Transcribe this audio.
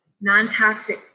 non-toxic